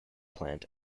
plant